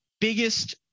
biggest